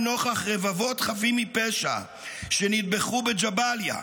נוכח רבבות חפים מפשע שנטבחו בג'באליה,